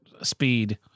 speed